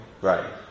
right